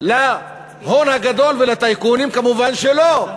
להון הגדול ולטייקונים, כמובן שלא,